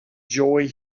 joy